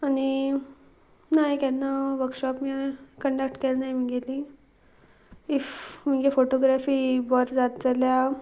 आनी नाय केन्ना वर्कशॉप कंडक्ट केन्नाय म्हगेली इफ म्हगे फोटोग्राफी बरी जाता जाल्यार